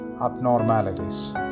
abnormalities